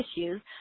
issues